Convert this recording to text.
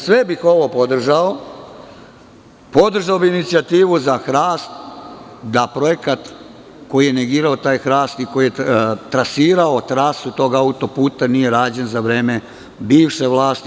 Sve bih ovo podržao, podržao bih inicijativu za hrast, da projekat koji je negirao taj hrast i koji je trasirao trasu tog auto-puta nije rađen za vreme bivše vlasti.